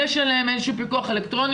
יש עליהם איזה שהוא פיקוח אלקטרוני